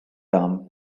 arm